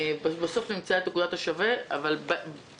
בסוף נמצא את נקודת השווה, אבל בסוף.